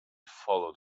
follow